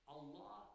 Allah